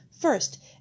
First